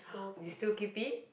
do you still keep it